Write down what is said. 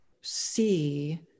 see